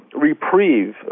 reprieve